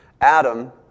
Adam